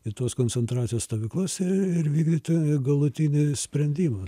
į tos koncentracijos stovyklas ir vykdyti galutinį sprendimą